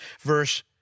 verse